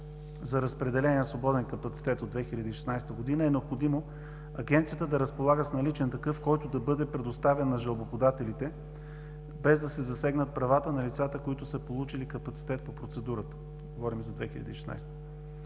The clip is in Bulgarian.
за разпределение на свободен капацитет от 2016 г., е необходимо Агенцията да разполага с наличен такъв, който да бъде предоставен на жалбоподателите, без да се засегнат правата на лицата, които са получили капацитет по процедурата. Говорим за 2016